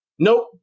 Nope